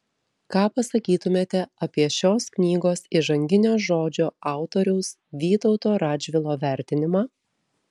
ką pasakytumėte apie šios knygos įžanginio žodžio autoriaus vytauto radžvilo vertinimą